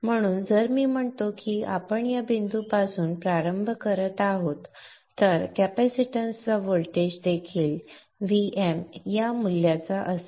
म्हणून जर मी म्हणतो की आपण या बिंदूपासून प्रारंभ करत आहोत तर कॅपॅसिटन्सचा व्होल्टेज देखील Vm या मूल्याचा असेल